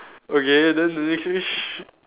okay then the next wish